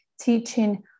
teaching